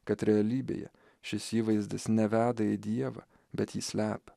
kad realybėje šis įvaizdis ne veda į dievą bet jį slepia